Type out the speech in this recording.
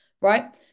Right